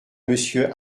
monsieur